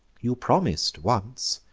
you promis'd once,